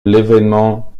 l’événement